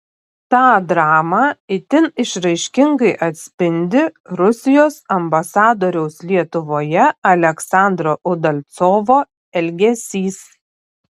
tą dramą itin išraiškingai atspindi rusijos ambasadoriaus lietuvoje aleksandro udalcovo elgesys